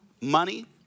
money